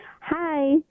Hi